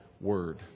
word